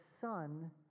son